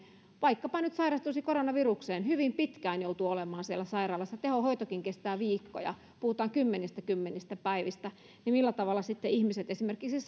vaikkapa sairastuisi koronavirukseen hyvin pitkään joutuu olemaan sairaalassa tehohoitokin kestää viikkoja puhutaan kymmenistä kymmenistä päivistä niin millä tavalla ihminen esimerkiksi